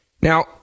Now